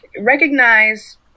recognize